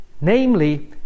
Namely